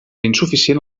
insuficient